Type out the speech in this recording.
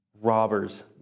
robber's